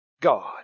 God